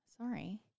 Sorry